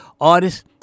artists